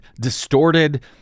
distorted